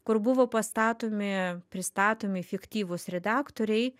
kur buvo pastatomi pristatomi fiktyvūs redaktoriai